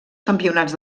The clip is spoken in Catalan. campionats